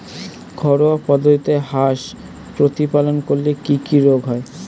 ঘরোয়া পদ্ধতিতে হাঁস প্রতিপালন করলে কি কি রোগ হয়?